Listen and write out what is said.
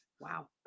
Wow